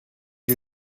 you